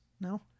No